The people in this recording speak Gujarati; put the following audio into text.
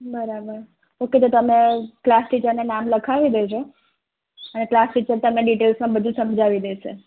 બરાબર ઓકે તો તમે ક્લાસ ટીચરને નામ લખાવી દેજો અને ક્લાસ ટીચર તમને ડીટેલ્સમાં બધું સમજાવી દેશે